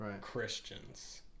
Christians